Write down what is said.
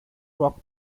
rock